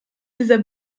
dieser